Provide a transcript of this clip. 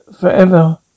forever